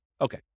Okay